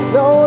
no